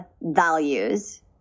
values